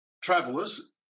travelers